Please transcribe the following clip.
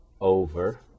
over